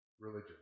religion